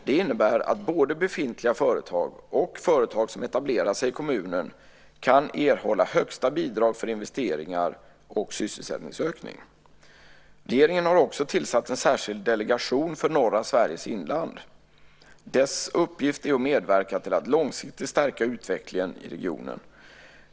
Det innebär att både befintliga företag och företag som etablerar sig i kommunen kan erhålla högsta bidrag för investeringar och sysselsättningsökning. Regeringen har också tillsatt en särskild delegation för norra Sveriges inland. Dess uppgift är att medverka till att långsiktigt stärka utvecklingen i regionen.